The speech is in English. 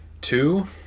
two